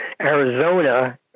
Arizona